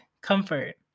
comfort